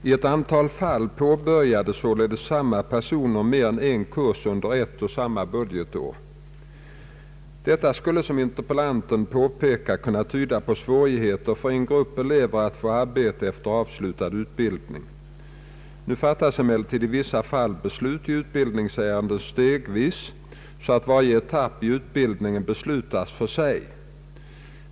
I ett antal fall påbörjade således samma person mer än en kurs under ett och samma budgetår. Detta skulle som interpellanten påpekar kunna tyda på svårigheter för en grupp elever att få arbete efter avslutad utbildning. Nu fattas emellertid i vissa fall beslut i utbildningsärenden stegvis så att varje etapp i utbildningen beslutas för sig.